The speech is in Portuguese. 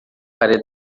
para